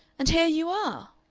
and here you are!